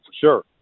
sure